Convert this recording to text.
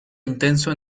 intenso